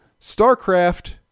StarCraft